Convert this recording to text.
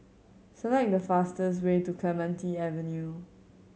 select the fastest way to Clementi Avenue